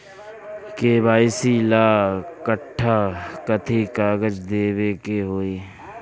KYC ला कट्ठा कथी कागज देवे के होई?